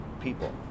people